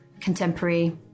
contemporary